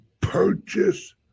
purchase